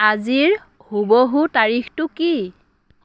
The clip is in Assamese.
আজিৰ হুবহু তাৰিখটো কি